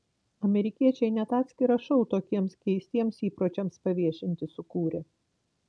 amerikiečiai net atskirą šou tokiems keistiems įpročiams paviešinti sukūrė